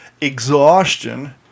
exhaustion